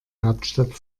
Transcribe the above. hauptstadt